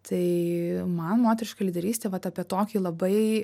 tai man moteriška lyderystė vat apie tokį labai